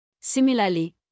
Similarly